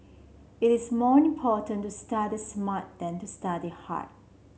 it is more important to study smart than to study hard